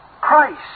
Christ